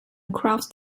across